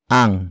ang